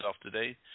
today